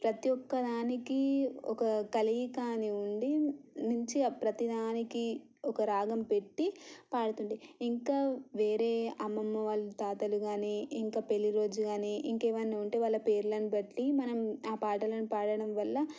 ప్రతీ ఒక్కదానికి ఒక కలయిక అని ఉండి నుంచి ప్రతీ దానికి ఒక రాగం పెట్టి పాడుతుండే ఇంకా వేరే అమ్మమ్మ వాళ్ళు తాతలు కానీ ఇంకా పెళ్ళిరోజు కానీ ఇంకేమైనా ఉంటే వాళ్ళ పేర్లను బట్టి మనం ఆ పాటలను పాడటం వల్ల